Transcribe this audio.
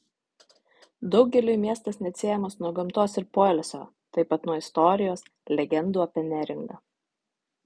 daugeliui miestas neatsiejamas nuo gamtos ir poilsio taip pat nuo istorijos legendų apie neringą